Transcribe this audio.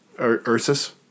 Ursus